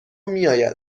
میآید